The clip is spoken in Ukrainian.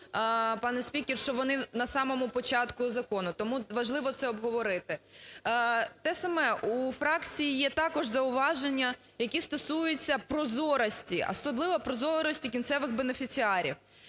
пане спікер, що вони на самому початку закону, тому важливо це обговорити. Те саме, у фракції є також зауваження, які стосуються прозорості, особливо прозорості кінцевихбенефіціарію.